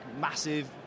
massive